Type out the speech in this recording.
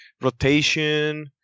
rotation